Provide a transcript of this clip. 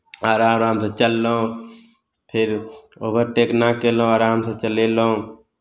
आराम आरामसँ चललहुँ फेर ओवरटेक नहि कयलहुँ आरामसँ चलेलहुँ